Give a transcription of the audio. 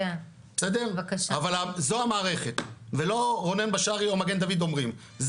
אבל זאת המערכת ולא רונן בשארי ממגן דוד אומרים,